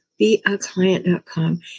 beaclient.com